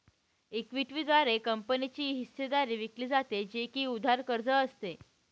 equity द्वारे कंपनीची हिस्सेदारी विकली जाते, जे की उधार कर्ज असते